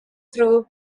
through